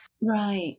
Right